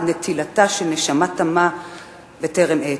עד נטילתה של נשמה תמה בטרם עת.